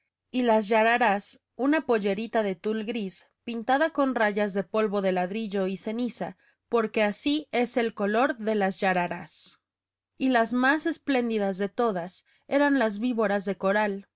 y las yararás una pollerita de tul gris pintada con rayas de polvo de ladrillo y ceniza porque así es el color de las yararás y las más espléndidas de todas eran las víboras de que